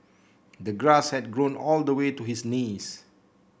the grass had grown all the way to his knees